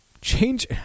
Change